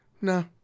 No